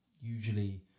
usually